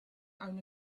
own